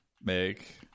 make